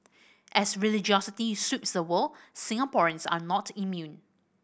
as religiosity sweeps the world Singaporeans are not immune